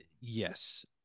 Yes